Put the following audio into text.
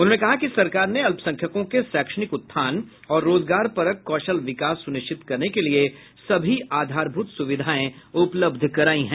उन्होंने कहा कि सरकार ने अल्पसंख्यकों के शैक्षणिक उत्थान और रोजगारपरक कौशल विकास सुनिश्चित करने के लिए सभी आधारभूत सुविधाएं उपलब्ध कराई हैं